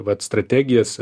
vat strategijas